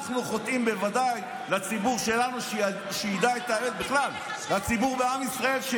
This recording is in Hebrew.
אנחנו חוטאים בוודאי לציבור שלנו ובכלל לציבור בעם ישראל בכלל,